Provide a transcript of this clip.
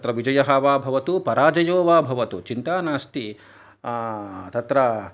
तत्र विजयो वा भवतु पराजयो वा भवतु चिन्ता नस्ति तत्र